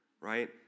right